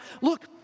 Look